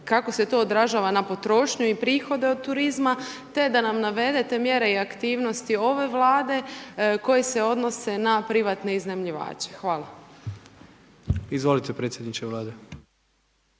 kako se to odražava na potrošnju i prihode od turizma te da nam navedete mjere i aktivnosti ove vlade koji se odnose na privatne iznajmljivače? Hvala. **Jandroković, Gordan